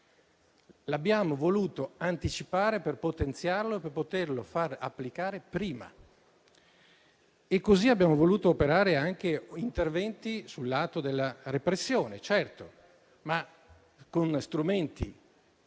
L'abbiamo voluto anticipare per potenziarlo e poterlo applicare prima. Abbiamo voluto operare anche interventi sul lato della repressione, certo, ma con strumenti